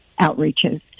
outreaches